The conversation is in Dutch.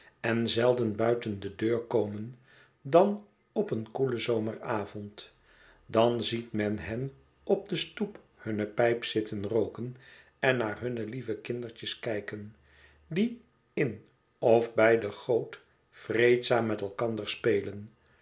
en zelden buiten de deur komen dan op een koelen zomeravond dan ziet men hen op de stoep hunne pijp zitten rooken en naar hunne lieve kindertjes kijken die in of bij de goot vreedzaam met elkander spelen